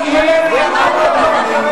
השר איתן?